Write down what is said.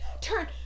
turn